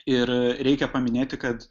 ir reikia paminėti kad